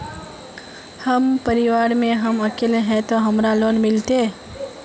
हम परिवार में हम अकेले है ते हमरा लोन मिलते?